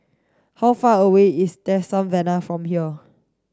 how far away is Tresor Tavern from here